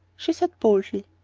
she said boldly.